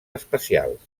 especials